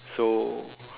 so